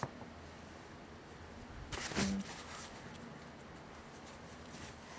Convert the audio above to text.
mm